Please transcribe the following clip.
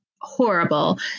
horrible